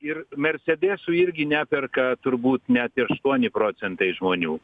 ir mersedesų irgi neperka turbūt net aštuoni procentai žmonių